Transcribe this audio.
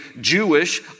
Jewish